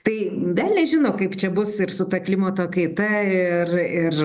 tai velnias žino kaip čia bus ir su ta klimato kaita ir ir